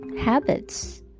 habits